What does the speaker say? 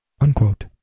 Unquote